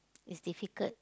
is difficult